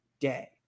day